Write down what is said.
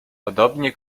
podobnie